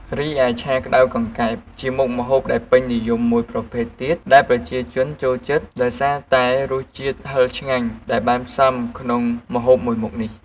រីឯឆាក្ដៅកង្កែប ជាមុខម្ហូបដែលពេញនិយមមួយប្រភេទទៀត ដែលប្រជាជនចូលចិត្តដោយសារតែ រសជាតិហិរឆ្ងាញ់ដែលបានផ្សំក្នុងម្ហូបមួយមុខនេះ។